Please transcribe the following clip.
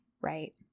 Right